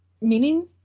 Meaning